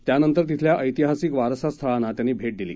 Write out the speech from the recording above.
त्यानंतर तिथल्या ऐतिहासिक वारसा स्थळांना त्यांनी भेट दिली